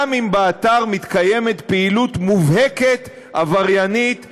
גם אם באתר מתקיימת פעילות עבריינית מובהקת,